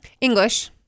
English